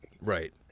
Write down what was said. Right